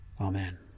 Amen